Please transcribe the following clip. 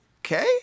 okay